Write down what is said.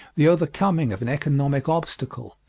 the overcoming of an economic obstacle,